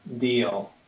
deal